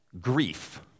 grief